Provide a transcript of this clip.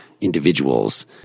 individuals